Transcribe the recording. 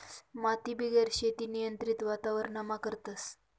मातीबिगेर शेती नियंत्रित वातावरणमा करतस